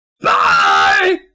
Bye